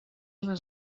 les